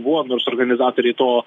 buvo nors organizatoriai to